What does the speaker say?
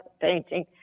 painting